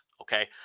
Okay